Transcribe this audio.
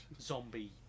zombie